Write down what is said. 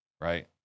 right